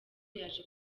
yaje